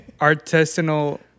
artisanal